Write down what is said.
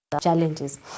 challenges